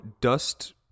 Dust